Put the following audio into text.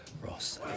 Ross